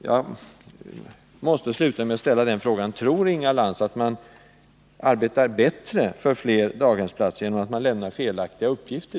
Jag måste sluta med att ställa en fråga: Tror Inga Lantz att man arbetar bättre för fler daghemsplatser genom att ideligen lämna felaktiga uppgifter?